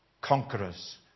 conquerors